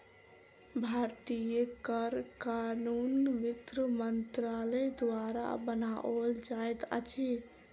भारतीय कर कानून वित्त मंत्रालय द्वारा बनाओल जाइत अछि